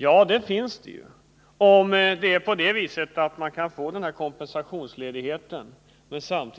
Ja, det är möjligt — om arbetarna bara får kompensationsledighet och naturligtvis om